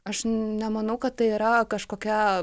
aš nemanau kad tai yra kažkokia